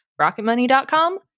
Rocketmoney.com